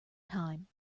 time